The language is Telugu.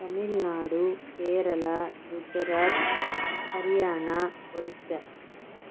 తమిళనాడు కేరళ గుజరాత్ హర్యానా ఒడిస్సా